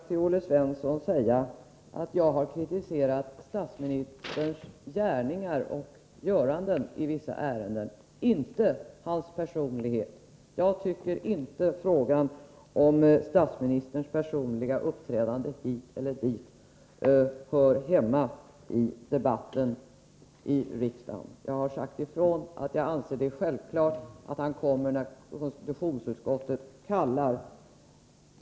Herr talman! Jag vill bara till Olle Svensson säga att jag har kritiserat statsministerns gärningar och göranden i vissa ärenden, inte hans personlighet. Jag tycker inte att frågan om statsministerns personliga uppträdande hör hemma i debatten i riksdagen. Jag har sagt ifrån att jag anser det vara självklart att statsministern kommer när konstitutionsutskottet kallar.